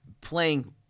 playing